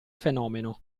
fenomeno